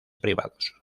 privados